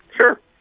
Sure